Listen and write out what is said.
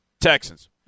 Texans